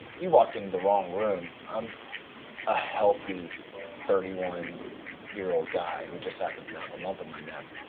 he walked into the wrong room i'm a healthy thirty one year-old guy, who just happens to have a lump in my neck.